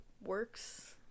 works